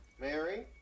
Mary